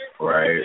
Right